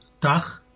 Dach